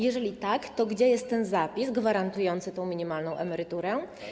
Jeżeli tak, to gdzie jest ten zapis gwarantujący tę minimalną emeryturę?